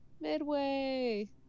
Midway